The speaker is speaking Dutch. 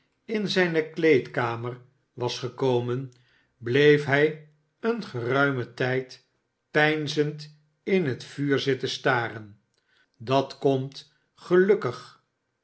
in zijne kleedkamer was gekomen bleef hij een geruimen tijd peinzend in het vuur zitten staren dat komt gelukkig